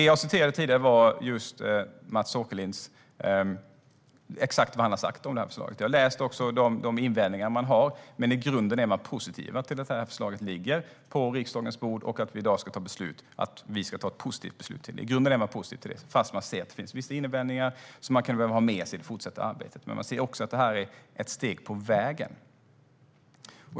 Jag citerade tidigare vad Mats Åkerlind har sagt om förslaget. Jag har också läst de invändningar man har. Men i grunden är man positiv till att förslaget ligger på riksdagens bord och till att vi i dag ska fatta ett positivt beslut om det. Man är i grunden positiv, även om man har vissa invändningar som kan behöva finnas med i det fortsatta arbetet. Men man ser också att det är ett steg på vägen.